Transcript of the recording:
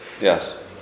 Yes